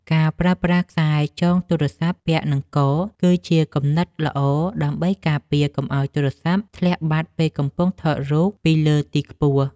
ការប្រើប្រាស់ខ្សែចងទូរស័ព្ទពាក់នឹងក គឺជាគំនិតល្អដើម្បីការពារកុំឱ្យទូរស័ព្ទធ្លាក់បាត់ពេលកំពុងថតរូបពីលើទីខ្ពស់។